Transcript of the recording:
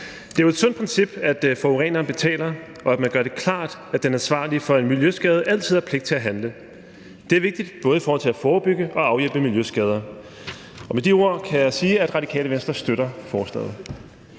Det er et sundt princip, at forureneren betaler, og at man gør det klart, at den ansvarlige for en miljøskade altid har pligt til at handle. Det er vigtigt både i forhold til at forebygge og afhjælpe miljøskader. Med de ord kan jeg sige, at Radikale Venstre støtter forslaget.